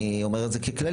אני אומר את זה ככללית,